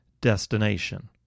destination